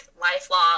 lifelong